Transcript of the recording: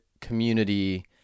community